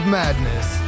madness